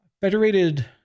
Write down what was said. federated